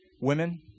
Women